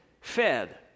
fed